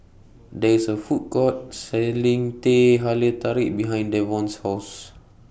There IS A Food Court Selling Teh Halia Tarik behind Devon's House